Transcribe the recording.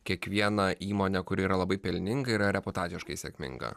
kiekviena įmonė kuri yra labai pelninga yra reputaciškai sėkminga